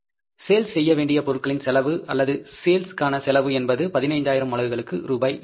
sales செய்ய வேண்டிய பொருட்களின் செலவு அல்லது சேல்ஸ் க்கான செலவு என்பது 15000 அலகுகளுக்கு ரூபாய் 255000